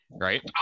Right